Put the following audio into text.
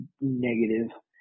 negative